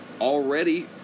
already